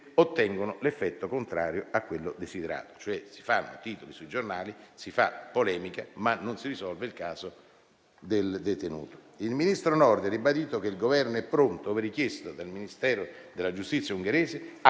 ottengono l'effetto contrario a quello desiderato, e cioè si fanno titoli sui giornali, si fa polemica, ma non si risolve il caso del detenuto. Il ministro Nordio ha ribadito che il Governo è pronto, ove richiesto dal Ministero della giustizia ungherese,